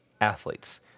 athletes